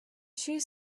she